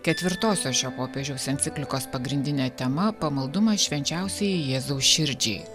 ketvirtosios šio popiežiaus enciklikos pagrindinė tema pamaldumas švenčiausiajai jėzaus širdžiai